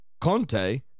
Conte